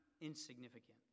insignificant